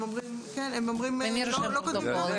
כן, לא כותבים פה.